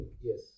yes